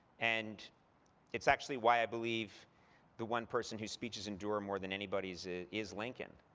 and it's actually why i believe the one person whose speeches endure more than anybody is is lincoln.